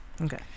okay